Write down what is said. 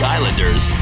Islanders